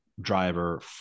driver